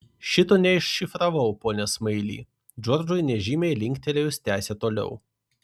šito neiššifravau pone smaili džordžui nežymiai linktelėjus tęsė toliau